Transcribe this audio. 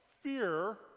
fear